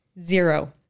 Zero